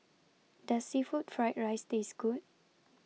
Does Seafood Fried Rice Taste Good